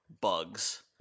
Bugs